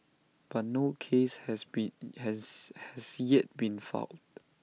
but no case has been has has yet been filed